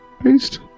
Paste